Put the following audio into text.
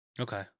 Okay